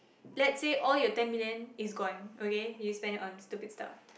let say all your ten million is gone okay you spend it on stupid stuff